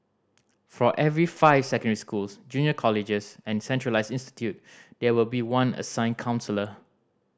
for every five secondary schools junior colleges and centralised institute there will be one assigned counsellor